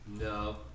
No